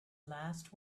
last